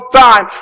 time